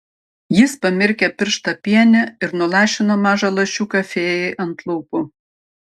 jis pamirkė pirštą piene ir nulašino mažą lašiuką fėjai ant lūpų